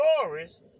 stories